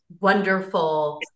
wonderful